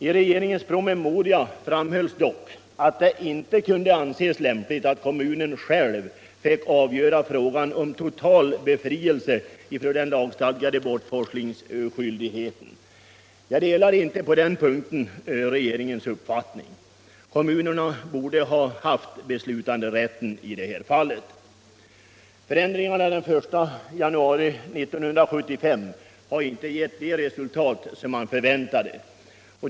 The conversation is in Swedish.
I regeringens promemoria framhölls dock att det inte kunde anses lämpligt att kommunen själv fick avgöra frågan om total befrielse från den lagstadgade bortforslingsskyldigheten. Jag delar cj regeringens uppfattning på den punkten. Kommunerna borde ha haft beslutanderätt i det här fallet. Förändringarna den 1 januari 1975 har ej gett de resultat som man väntade.